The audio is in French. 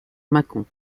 mâcon